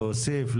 להוסיף,